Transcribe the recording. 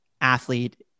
athlete